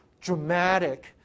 dramatic